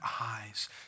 eyes